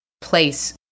place